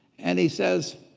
and he says,